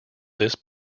this